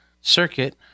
circuit